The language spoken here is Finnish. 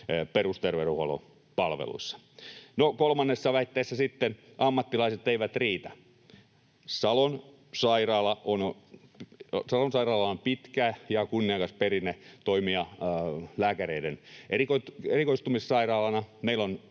perusterveydenhuollon palveluista. No kolmannessa väitteessä sitten ”ammattilaiset eivät riitä”. Salon sairaalalla on pitkä ja kunniakas perinne toimia lääkäreiden erikoistumissairaalana.